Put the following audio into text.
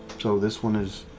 so this one is